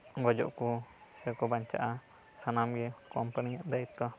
ᱜᱚᱡᱚᱜ ᱟᱠᱚ ᱥᱮ ᱠᱚ ᱵᱟᱧᱪᱟᱜᱼᱟ ᱥᱟᱱᱟᱢ ᱜᱮ ᱠᱳᱢᱯᱟᱱᱤᱭᱟᱜ ᱫᱟᱭᱤᱛᱚ